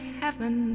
heaven